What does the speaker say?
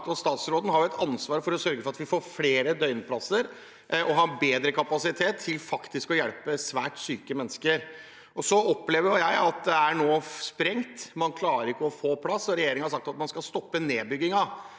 Statsråden har et ansvar for å sørge for at vi får flere døgnplasser og ha bedre kapasitet til faktisk å hjelpe svært syke mennesker. Jeg opplever at det nå er sprengt, man klarer ikke å få plass. Regjeringen har sagt at man skal stoppe nedbyggingen,